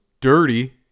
dirty